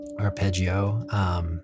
arpeggio